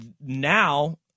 now